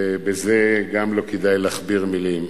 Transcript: ובזה גם לא כדאי להכביר מלים.